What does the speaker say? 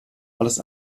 alles